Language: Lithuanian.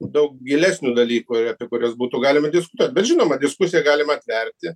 daug gilesnių dalykų ir apie kurias būtų galima diskutuot bet žinoma diskusiją galim atverti